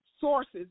sources